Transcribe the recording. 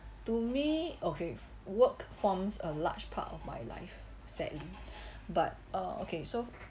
to me okay work forms a large part of my life sadly but uh okay so